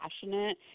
passionate